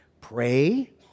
pray